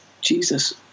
Jesus